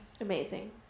amazing